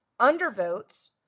Undervotes